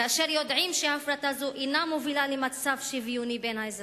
כאשר יודעים שהפרטה זו אינה מובילה למצב שוויוני בין האזרחים.